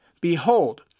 behold